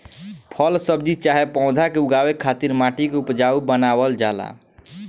फल सब्जी चाहे पौधा के उगावे खातिर माटी के उपजाऊ बनावल जाला